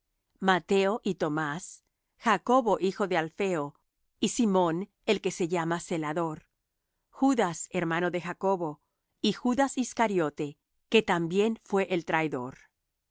mateo y tomás jacobo hijo de alfeo y simón el que se llama celador judas hermano de jacobo y judas iscariote que también fué